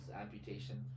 amputation